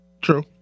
True